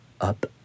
up